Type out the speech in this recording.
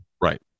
Right